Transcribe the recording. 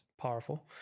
powerful